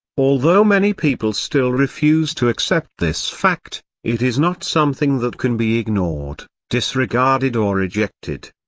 although many people still refuse to accept this fact, it is not something that can be ignored, disregarded or rejected.